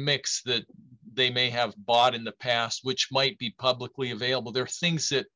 mix that they may have bought in the past which might be publicly available there are things that